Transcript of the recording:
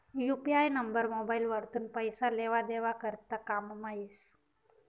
UPI number mobile वरथून पैसा लेवा देवा करता कामंमा येस